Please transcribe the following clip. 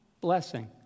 blessing